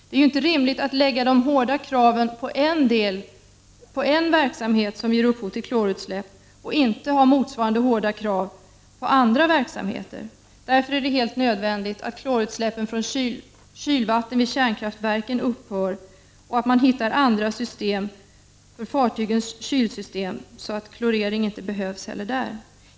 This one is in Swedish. Det är ju inte rimligt att lägga hårda krav på en verksamhet som ger upphov till klorutsläpp och inte ha motsvarande hårda krav på andra verksamheter. Därför är det helt nödvändigt att klorutsläppen från kylvatten vid kärnkraftverken upphör och att man hittar andra system för fartygens kylsystem, så att kloreringen inte behövs där heller.